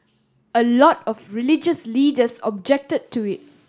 a lot of religious leaders objected to it